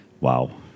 wow